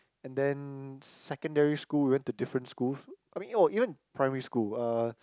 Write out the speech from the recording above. and then secondary school we went to different schools I mean oh even primary school uh